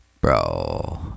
Bro